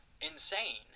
insane